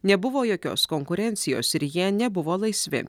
nebuvo jokios konkurencijos ir jie nebuvo laisvi